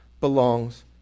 belongs